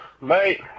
mate